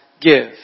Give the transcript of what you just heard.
Give